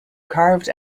carved